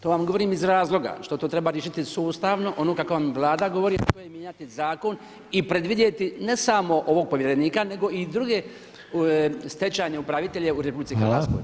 To vam govorim iz razloga što to treba riješiti sustavno ono kako vam Vlada govori, a to je mijenjati zakon i predvidjeti ne samo ovog povjerenika nego i druge stečajne upravitelje u RH.